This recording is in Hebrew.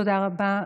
תודה רבה.